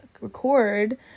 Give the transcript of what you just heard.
record